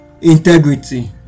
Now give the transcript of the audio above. integrity